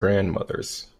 grandmothers